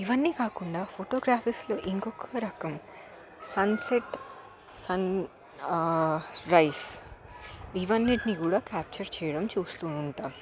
ఇవన్నీ కాకుండా ఫొటోగ్రఫీస్లో ఇంకొక రకం సన్సెట్ సన్రైస్ ఇవన్నింటినీ కూడా క్యాప్చర్ చేయడం చూస్తూ ఉంటాము